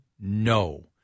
No